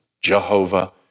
Jehovah